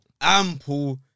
Ample